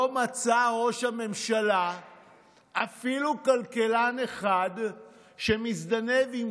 לא מצא ראש הממשלה אפילו כלכלן אחד שמזדנב עם